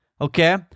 Okay